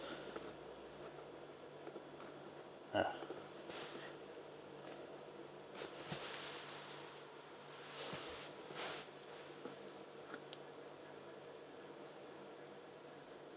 ah